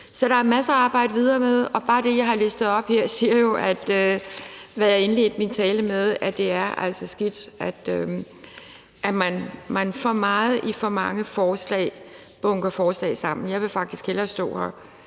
Så der er masser at arbejde videre med, og bare det, jeg har listet op her, siger jo – hvad jeg indledte min tale med – at det altså er skidt, at man i for mange forslag bunker forslag sammen. Jeg vil faktisk hellere stå her